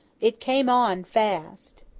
it came on fast.